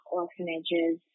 orphanages